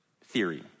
theory